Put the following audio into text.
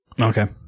Okay